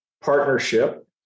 partnership